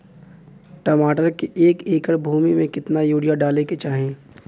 टमाटर के एक एकड़ भूमि मे कितना यूरिया डाले के चाही?